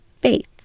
faith